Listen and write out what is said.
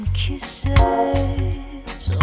kisses